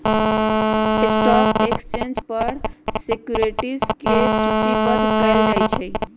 stock exchange पर securities के सूचीबद्ध कयल जाहइ